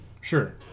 Sure